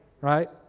right